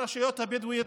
הרשויות הבדואיות,